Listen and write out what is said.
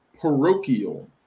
parochial